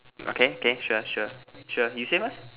okay K sure sure sure you say first